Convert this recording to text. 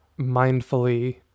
mindfully